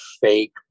fake